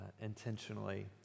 intentionally